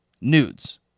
nudes